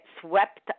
swept